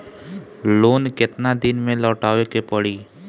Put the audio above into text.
Loan केतना दिन में लौटावे के पड़ी?